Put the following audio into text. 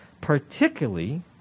particularly